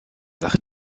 sache